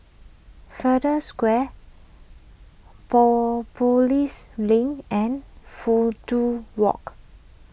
Flanders Square Link and Fudu Walk